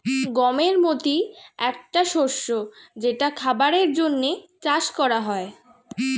গমের মতি একটা শস্য যেটা খাবারের জন্যে চাষ করা হয়